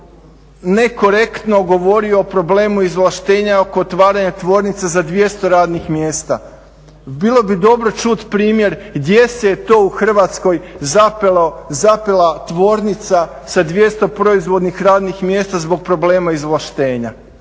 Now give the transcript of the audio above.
nekorektno govorio o problemu izvlaštenja oko otvaranja tvornica za 200 radnih mjesta. Bilo bi dobro čuti primjer gdje se to u Hrvatskoj zapela tvornica sa 200 proizvodnih radnih mjesta zbog problema izvlaštenja?